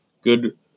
Good